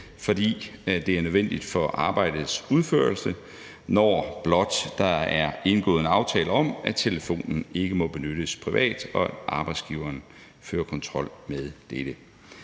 fordi det er nødvendigt for arbejdets udførelse – når blot der er indgået en aftale om, at telefonen ikke må benyttes privat, og når arbejdsgiveren fører kontrol med dette.